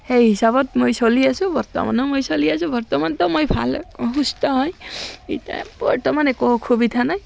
সেই হিচাপত মই চলি আছোঁ বৰ্তমানো মই চলি আছোঁ বৰ্তমানতো মই ভাল সুস্থ হয় এতিয়া বৰ্তমান একো অসুবিধা নাই